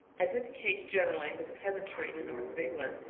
as is the case generally with the peasantry in the north of england.